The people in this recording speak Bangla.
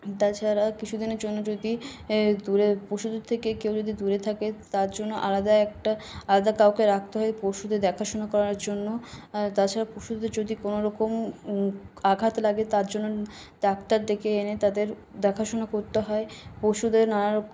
তাছাড়া কিছুদিনের জন্য যদি দূরে পশুদের থেকে কেউ যদি দূরে থাকে তার জন্য আলাদা একটা আলাদা কাউকে রাখতে হয় পশুদের দেখাশুনো করার জন্য তাছাড়া পশুদের যদি কোনওরকম আঘাত লাগে তার জন্য ডাক্তার ডেকে এনে তাদের দেখাশুনো করতে হয় পশুদের নানার